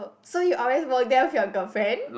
so you always walk there with your girlfriend